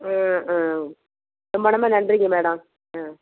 ஆ ரொம்ப ரொம்ப நன்றிங்க மேடம் ஆ